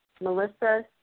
Melissa